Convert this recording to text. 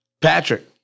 Patrick